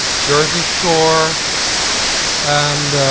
jersey shore and